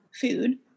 food